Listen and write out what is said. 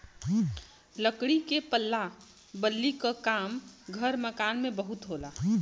लकड़ी के पल्ला बल्ली क काम घर मकान में बहुत होला